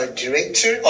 director